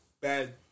bad